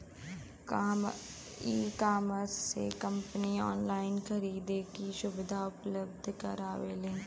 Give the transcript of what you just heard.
ecommerce से company online खरीदारी क सुविधा उपलब्ध करावलीन